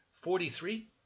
Forty-three